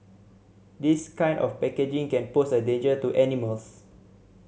this kind of packaging can pose a danger to animals